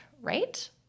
right